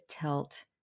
tilt